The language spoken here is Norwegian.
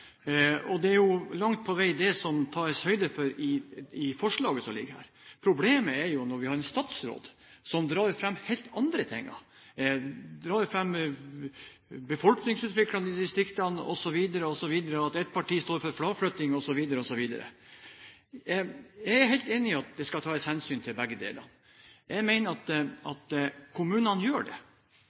jo langt på vei det som det tas høyde for i forslaget som ligger her. Problemet er jo at vi har en statsråd som drar fram helt andre ting: befolkningsutviklingen i distriktene osv., osv., og at et parti står for fraflytting, osv., osv. Jeg er helt enig i at det skal tas hensyn til begge deler. Jeg mener at kommunene gjør det.